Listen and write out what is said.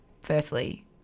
firstly